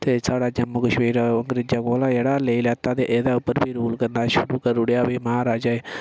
ते साढ़ा जम्मू कश्मीर अंग्रेजे कोल हा जेह्ड़ा लेई लैता ते एह्दे उप्पर भी रूल करना शुरू करी ओड़ेआ भी महाराजा